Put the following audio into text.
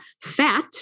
fat